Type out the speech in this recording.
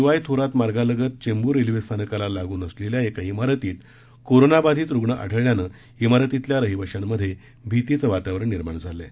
Y Thorat मार्गालगत Chembur railway स्थानकाला लागून असलेल्या एका इमारतीत कोरोना बाधित रुग्ण आ ल्यानं इमारतीतल्या रहिवाशांमध्ये भीतीचं वातावरण निर्माण झालंय